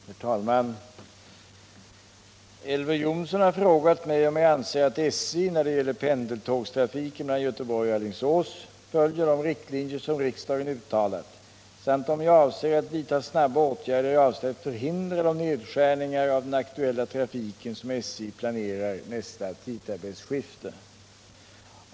Herr talman! Elver Jonsson har frågat mig om jag anser att SJ, när det gäller pendeltågstrafiken mellan Göteborg och Alingsås, följer de riktlinjer som riksdagen uttalat samt om jag avser att vidta snabba åtgärder i avsikt att förhindra de nedskärningar av den aktuella trafiken som SJ planerar nästa tidtabellsskifte.